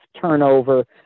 turnover